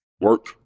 Work